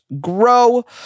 grow